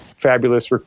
fabulous